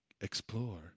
explore